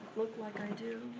look like i do.